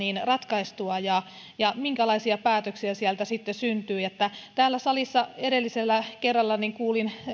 ratkaistua ja ja minkälaisia päätöksiä sieltä sitten syntyy täällä salissa edellisellä kerralla kuulin